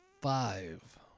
Five